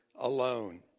alone